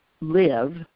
live